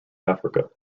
africa